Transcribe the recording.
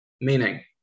meaning